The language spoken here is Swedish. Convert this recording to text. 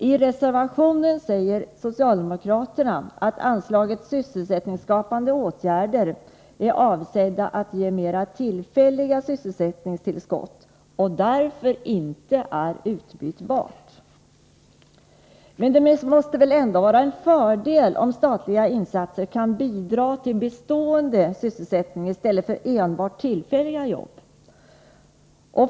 I reservationen säger socialdemokraterna att anslaget Sysselsätt Nr 157 ningsskapande åtgärder är avsett att ge mera tillfälliga sysselsättningstillskott Tisdagen den och därför inte är utbytbart. 29 maj 1984 Men det måste väl ändå vara en fördel om statliga insatser kan bidra till bestående sysselsättning i stället för till enbart tillfälliga jobb.